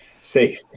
safe